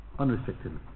Unrestrictedly